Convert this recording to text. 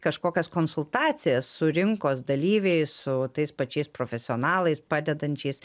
kažkokias konsultacijas su rinkos dalyviais su tais pačiais profesionalais padedančiais